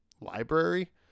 library